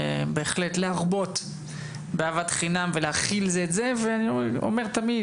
בהחלט להרבות באהבת חינם ולהכיל זה את זה ואני אומר תמיד,